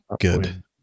good